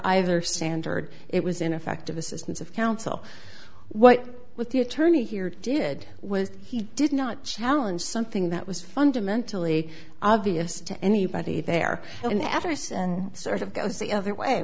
either standard it was ineffective assistance of counsel what with the attorney here did was he did not challenge something that was fundamentally obvious to anybody there and avarice and sort of goes the other way